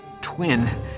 twin